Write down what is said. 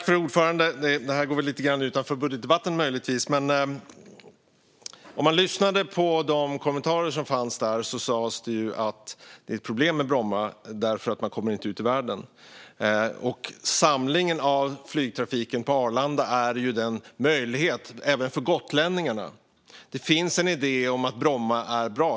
Fru talman! Detta ligger möjligtvis lite utanför budgetdebatten. Den som lyssnade på de kommentarer som gjordes hörde att ett problem med Bromma är att man inte kommer ut i världen. Samlingen av flygtrafiken på Arlanda ger den möjligheten, även för gotlänningarna. Det finns en idé om att Bromma är bra.